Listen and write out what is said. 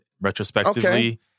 retrospectively